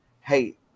hey